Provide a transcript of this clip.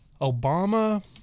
Obama